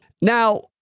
Now